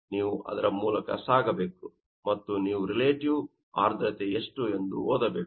ನೀವು ಅದರ ಮೂಲಕ ಸಾಗಬೇಕು ಮತ್ತು ನೀವು ರಿಲೇಟಿವ್ ಆರ್ದ್ರತೆ ಎಷ್ಟು ಎಂದು ಓದಬೇಕು